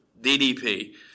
DDP